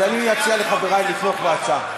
אז אציע לחברי לתמוך בהצעה.